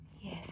Yes